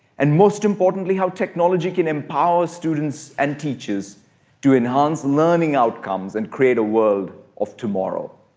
and most importantly, how technology can empower students and teachers to enhance learning outcomes and create a world of tomorrow.